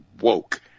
woke